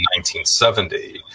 1970